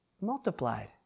multiplied